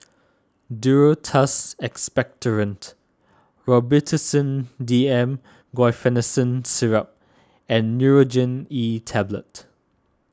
Duro Tuss Expectorant Robitussin D M Guaiphenesin Syrup and Nurogen E Tablet